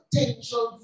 attention